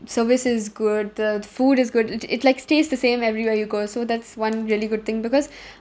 service is good the food is good it it like tastes the same everywhere you go so that's one really good thing because